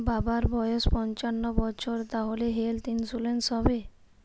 বাবার বয়স পঞ্চান্ন বছর তাহলে হেল্থ ইন্সুরেন্স হবে?